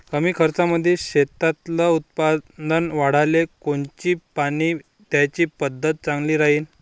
कमी खर्चामंदी शेतातलं उत्पादन वाढाले कोनची पानी द्याची पद्धत चांगली राहीन?